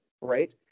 right